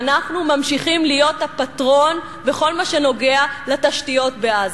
ואנחנו ממשיכים להיות הפטרון בכל מה שנוגע לתשתיות בעזה.